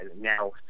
Now